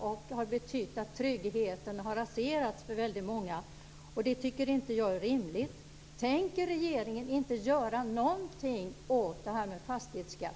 Det har betytt att tryggheten har raserats för väldigt många. Jag tycker inte att det är rimligt.